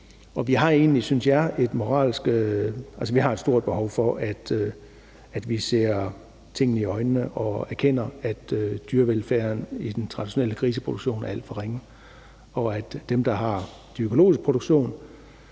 vel er med i, rykker på den store klinge. Vi har et stort behov for at se tingene i øjnene og erkende, at dyrevelfærden i den traditionelle griseproduktion er alt for ringe, og at dem, der har den økologiske produktion,